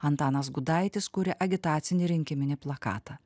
antanas gudaitis kuria agitacinį rinkiminį plakatą